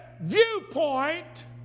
viewpoint